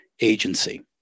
Agency